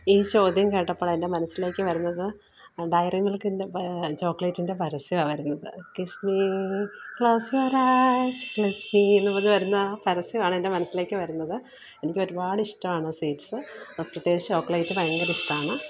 ഈ ചോദ്യം കേട്ടപ്പോൾ എൻ്റെ മനസ്സിലേക്ക് വരുന്നത് ഡയറി മിൽക്കിൻ്റെ ചോക്ലേറ്റിൻ്റെ പരസ്യമാ വരുന്നത് kiss me close your eyes kiss me എന്ന് വരുന്ന ആ പരസ്യമാണ് എന്റെ മനസ്സിലേക്ക് വരുന്നത് എനിക്ക് ഒരുപാട് ഇഷ്ടമാണ് സ്വീറ്റ്സ് പ്രത്യേകിച്ച് ചോക്ലേറ്റ് ഭയങ്കര ഇഷ്ടമാണ്